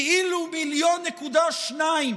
כאילו מיליון ו-200,000